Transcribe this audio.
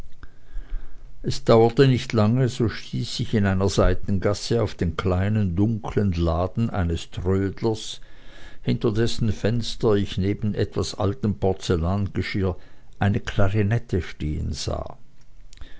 es dauerte nicht lange so stieß ich in einer seitengasse auf den kleinen dunklen laden eines trödlers hinter dessen fenster ich neben etwas altem porzellangeschirr eine klarinette stehen sah